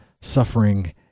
suffering